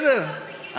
בסדר,